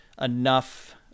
enough